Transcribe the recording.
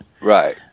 Right